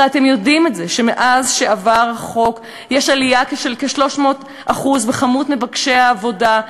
הרי אתם יודעים שמאז עבר החוק יש עלייה של כ-300% במספר מבקשי העבודה,